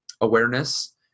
awareness